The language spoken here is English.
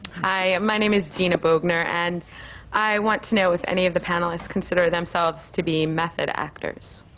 hi, my name is dina bogner and i want to know if any of the panelists consider themselves to be method actors.